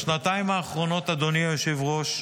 בשנתיים האחרונות, אדוני היושב-ראש,